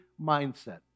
mindset